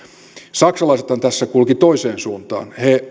saksalaisethan tässä kulkivat toiseen suuntaan he